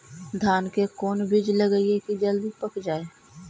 धान के कोन बिज लगईयै कि जल्दी पक जाए?